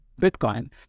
Bitcoin